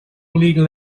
legal